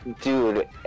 Dude